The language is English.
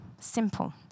Simple